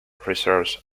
reserves